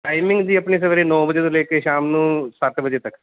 timing ਜੀ ਆਪਣੀ ਸਵੇਰੇ ਨੋਂ ਵਜੇ ਤੋਂ ਲੈ ਕੇ ਸ਼ਾਮ ਨੂੰ ਸੱਤ ਵਜੇ ਤੱਕ